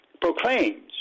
proclaims